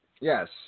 Yes